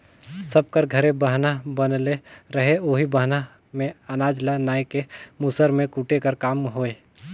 सब कर घरे बहना बनले रहें ओही बहना मे अनाज ल नाए के मूसर मे कूटे कर काम होए